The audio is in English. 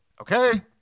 Okay